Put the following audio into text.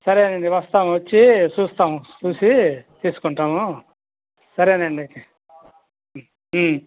సరే నండి వస్తాం వచ్చి చూస్తాము చూసి తీసుకుంటాము సరేనండి అయితే